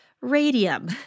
radium